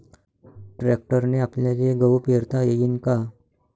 ट्रॅक्टरने आपल्याले गहू पेरता येईन का?